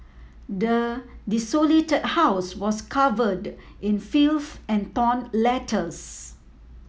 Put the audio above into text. the desolated house was covered in filth and torn letters